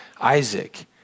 Isaac